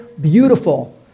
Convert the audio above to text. beautiful